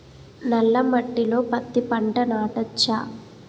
నల్ల మట్టిలో పత్తి పంట నాటచ్చా?